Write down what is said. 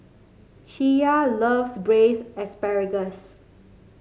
Sheyla loves Braised Asparagus